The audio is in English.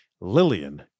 Lillian